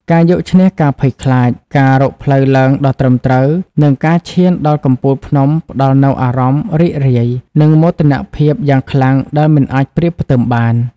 ការយកឈ្នះការភ័យខ្លាច ការរកផ្លូវឡើងដ៏ត្រឹមត្រូវ និងការឈានដល់កំពូលភ្នំផ្ដល់នូវអារម្មណ៍រីករាយ និងមោទនភាពយ៉ាងខ្លាំងដែលមិនអាចប្រៀបផ្ទឹមបាន។